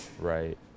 right